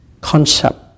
concept